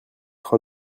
train